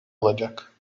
olacak